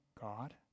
God